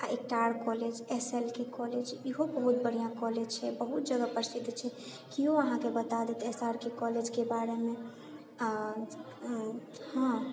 आ एकटा R college S L K college इहो बहुत बढ़िऑं कॉलेज छै बहुत जगह प्रसिद्ध छै केओ अहाँके बता देत एस आर के कॉलेजके बारे मे आ हाँ